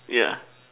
yeah